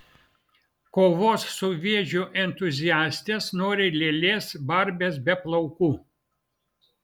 kovos su vėžiu entuziastės nori lėlės barbės be plaukų